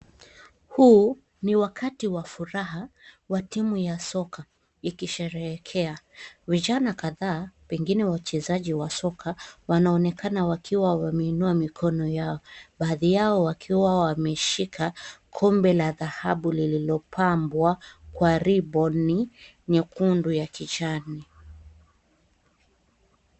Huu ni wakati wa furaha wa timu ya soka, ikisharehekea. Vijana kadhaa, pengine wachezaji wa soka, wanaonekana wakiwa wameinua mikono yao. Baadhi yao wakiwa wameshika kombe la dhahabu lililopambwa kwa riboni nyekundu na kijani.